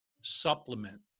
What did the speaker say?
supplement